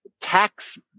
tax